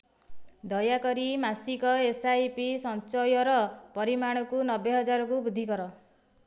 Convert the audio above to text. ଦୟାକରି ମାସିକ S I P ସଞ୍ଚୟର ପରିମାଣକୁ ନବେ ହଜାରକୁ ବୃଦ୍ଧି କର